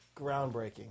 groundbreaking